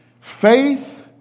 Faith